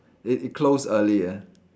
it it close early ah